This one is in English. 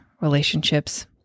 Relationships